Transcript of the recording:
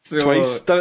twice